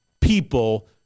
people